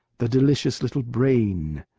the delicious little brain.